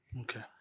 Okay